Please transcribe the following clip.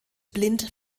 blind